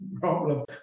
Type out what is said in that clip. problem